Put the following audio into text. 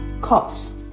COPS